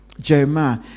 Jeremiah